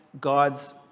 God's